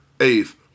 eighth